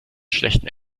schlechten